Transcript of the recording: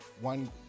one